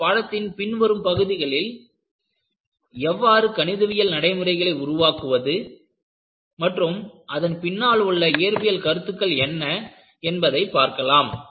இந்த பாடத்தின் பின்வரும் பகுதிகளில் எவ்வாறு கணிதவியல் நடைமுறைகளை உருவாக்குவது மற்றும் அதன் பின்னால் உள்ள இயற்பியல் கருத்துகள் என்ன என்பதை பார்க்கலாம்